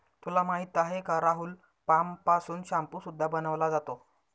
तुला माहिती आहे का राहुल? पाम पासून शाम्पू सुद्धा बनवला जातो